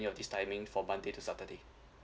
of his timing from monday to saturday